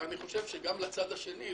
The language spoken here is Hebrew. ואני חושב שגם הצד השני,